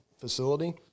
facility